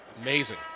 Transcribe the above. Amazing